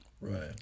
Right